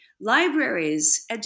libraries